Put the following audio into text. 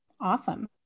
Awesome